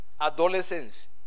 adolescence